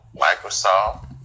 microsoft